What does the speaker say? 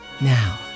Now